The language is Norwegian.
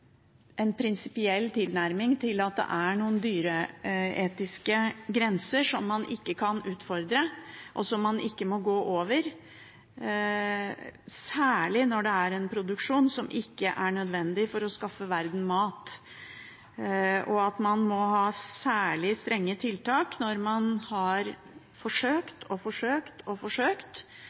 en prinsipiell tilnærming til at det er noen dyreetiske grenser som man ikke kan utfordre, og som man ikke må gå over, særlig når det er en produksjon som ikke er nødvendig for å skaffe verden mat, og at man må ha særlig strenge tiltak når man har forsøkt og forsøkt